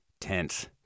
Tense